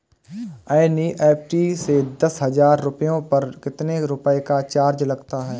NEFT से दस हजार रुपयों पर कितने रुपए का चार्ज लगता है?